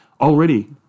already